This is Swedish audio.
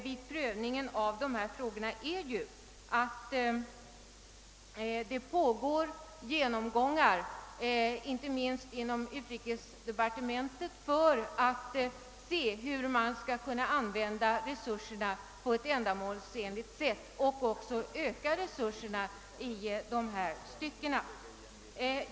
Vid prövningen av dessa frågor har vi funnit att det pågår genomgångar inte minst i utrikesdepartementet i syfte att utröna hur man skall kunna använda resurserna på ett ändamålsenligt sätt och även hur man skall kunna öka resurserna.